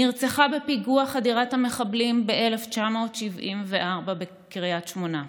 נרצחה בפיגוע חדירת המחבלים ב-1974 בקריית שמונה,